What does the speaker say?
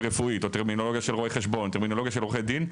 רפואית או טרמינולוגיה של רואי חשבון טרמינולוגיה של עורכי דין,